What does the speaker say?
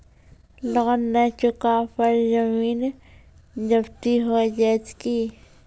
Loan न चुका पर जमीन जब्ती हो जैत की?